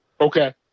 Okay